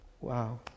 wow